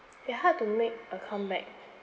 hard to make a comeback